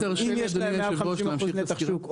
אם יש להם מעל 50% נתח שוק,